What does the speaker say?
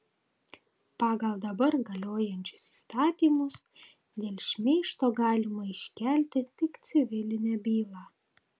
pagal dabar galiojančius įstatymus dėl šmeižto galima iškelti tik civilinę bylą